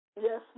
Yes